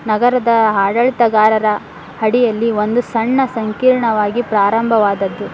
ನಗರದ ಆಡಳಿತಗಾರರ ಅಡಿಯಲ್ಲಿ ಒಂದು ಸಣ್ಣ ಸಂಕೀರ್ಣವಾಗಿ ಪ್ರಾರಂಭವಾದದ್ದು